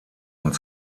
und